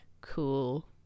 cool